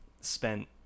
spent